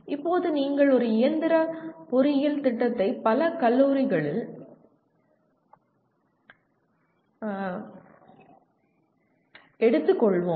இப்போது நீங்கள் ஒரு இயந்திர பொறியியல் திட்டத்தை பல கல்லூரிகளில் எடுத்துக் கொள்வோம்